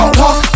talk